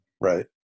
right